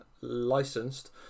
licensed